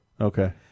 Okay